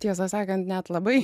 tiesą sakant net labai